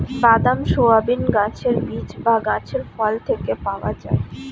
বাদাম, সয়াবিন গাছের বীজ বা গাছের ফল থেকে পাওয়া যায়